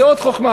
זו עוד חוכמה.